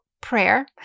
prayer